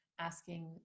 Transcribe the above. asking